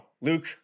luke